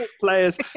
players